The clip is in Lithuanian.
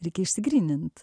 reikia išsigrynint